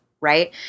right